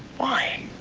why?